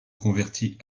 convertit